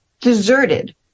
deserted